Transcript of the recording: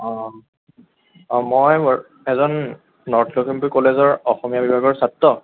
অঁ অঁ মই এজন নৰ্থ লখিমপুৰ কলেজৰ অসমীয়া বিভাগৰ ছাত্ৰ